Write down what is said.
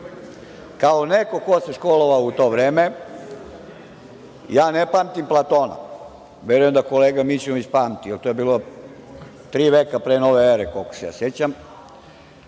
neko ko se školovao u to vreme, ja ne pamtim Platona. Verujem da kolega Mićunović pamti, jer to je bilo tri veka pre nove ere, koliko se ja sećam.